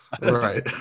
right